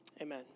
Amen